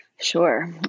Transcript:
Sure